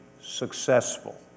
successful